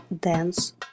dance